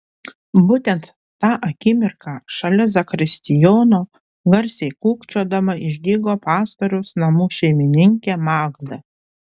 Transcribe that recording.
būtent tą akimirką šalia zakristijono garsiai kūkčiodama išdygo pastoriaus namų šeimininkė magda